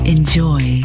Enjoy